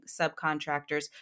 subcontractors